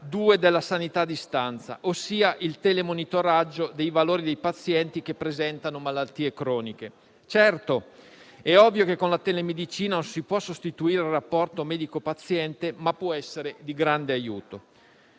2 della sanità a distanza, ossia il telemonitoraggio dei valori dei pazienti che presentano malattie croniche. È ovvio che certamente con la telemedicina non si può sostituire il rapporto medico-paziente, ma può essere di grande aiuto.